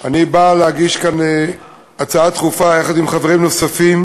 אני מגיש כאן הצעה דחופה, יחד עם חברים נוספים,